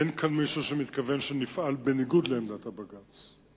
אין כאן מישהו שמתכוון שנפעל בניגוד לעמדת הבג"ץ.